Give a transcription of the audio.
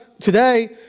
today